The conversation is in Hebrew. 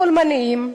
חולמניים,